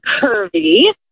curvy